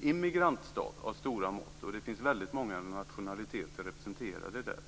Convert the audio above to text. immigrantstad av stora mått. Väldigt många nationaliteter finns representerade där.